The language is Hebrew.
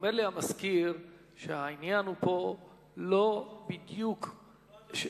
ואומר לי המזכיר שהעניין הוא פה לא בדיוק טכנולוגי,